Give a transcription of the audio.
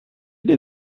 der